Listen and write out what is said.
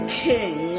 king